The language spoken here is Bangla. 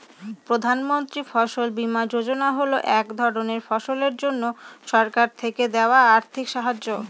প্রধান মন্ত্রী ফসল বীমা যোজনা হল এক ধরনের ফসলের জন্যে সরকার থেকে দেওয়া আর্থিক সাহায্য